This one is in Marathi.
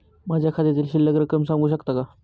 माझ्या खात्यातील शिल्लक रक्कम सांगू शकता का?